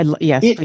Yes